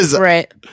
Right